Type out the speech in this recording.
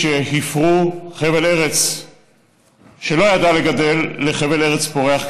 שהפכו חבל ארץ שלא ידע לגדל לחבל ארץ פורח,